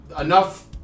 enough